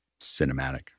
cinematic